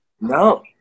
no